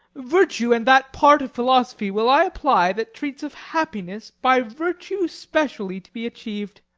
virtue and that part of philosophy will i apply that treats of happiness by virtue specially to be achiev'd.